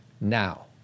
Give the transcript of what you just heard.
Now